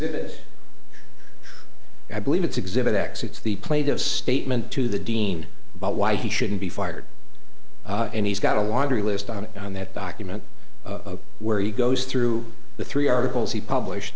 this i believe it's exhibit exits the plate of statement to the dean about why he shouldn't be fired and he's got a laundry list on it on that document where he goes through the three articles he published